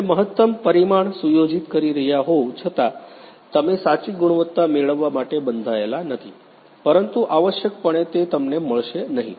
તમે મહત્તમ પરિમાણ સુયોજિત કરી રહ્યાં હોવા છતાં તમે સાચી ગુણવત્તા મેળવવા માટે બંધાયેલા નથી પરંતુ આવશ્યકપણે તે તમને મળશે નહીં